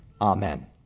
Amen